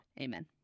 Amen